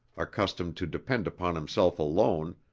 accustomed to depend upon himself alone,